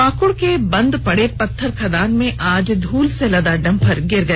पाकुड़ के बंद पड़े पत्थर खदान में आज धूल से लदा डम्फर गिर गया